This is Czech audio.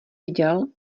viděl